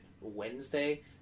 Wednesday